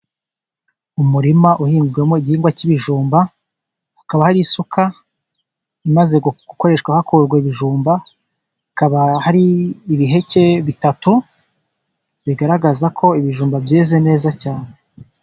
Umurima uhinzwemo igihingwa cy'ibijumba, hakaba hari isuka imaze gukoreshwa hakurwa ibijumba, hakaba hari ibiheke bitatu bigaragaza ko ibijumba byeze neza cyane.